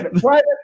private